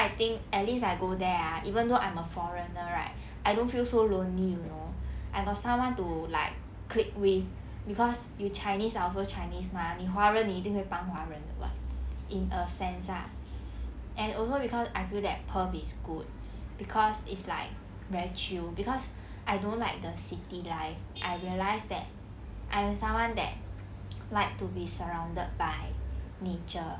I think at least I go there ah even though I'm a foreigner right I don't feel so lonely you know I got someone to like click with cause you chinese I also chinese mah 你华人你一定会帮华人的 what in a sense lah and also cause I feel that perth is good cause it's like very chill cause I don't like the city life I realise that I am someone that like to be surrounded by nature